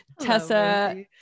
Tessa